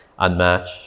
unmatch